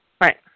Right